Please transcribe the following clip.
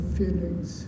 feelings